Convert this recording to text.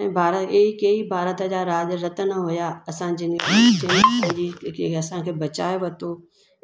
ऐं भारत ईअई कई भारत जा राॼु रतन हुआ असांजे जंग जीत खे असांखे बचाए वरितो